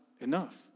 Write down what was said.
enough